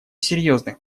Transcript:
серьезных